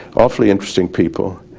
awfully interesting people,